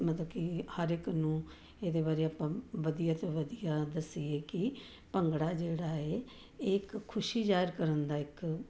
ਮਤਲਬ ਕਿ ਹਰ ਇੱਕ ਨੂੰ ਇਹਦੇ ਬਾਰੇ ਆਪਾਂ ਵਧੀਆ ਤੋਂ ਵਧੀਆ ਦੱਸੀਏ ਕਿ ਭੰਗੜਾ ਜਿਹੜਾ ਹੈ ਇਹ ਇੱਕ ਖੁਸ਼ੀ ਜ਼ਾਹਰ ਕਰਨ ਦਾ ਇੱਕ